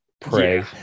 pray